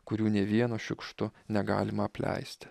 kurių nė vieno šiukštu negalima apleisti